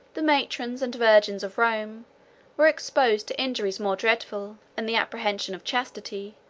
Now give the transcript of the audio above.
the matrons and virgins of rome were exposed to injuries more dreadful, in the apprehension of chastity,